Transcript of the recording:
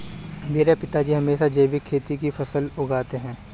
मेरे पिताजी हमेशा जैविक खेती की फसलें उगाते हैं